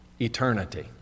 eternity